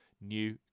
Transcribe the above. new